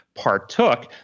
partook